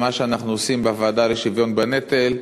במה שאנחנו עושים בוועדה לשוויון בנטל,